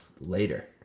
later